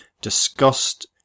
discussed